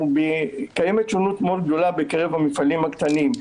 קיימת שונות מאוד גדולה בקרב המפעלים הקטנים.